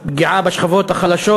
פגיעה בשכבות החלשות,